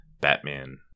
batman